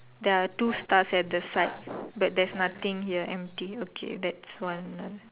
there are two stars at the side but there is nothing here empty okay that's one lah